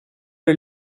del